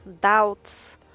doubts